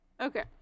Okay